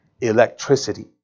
Electricity